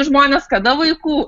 žmonės kada vaikų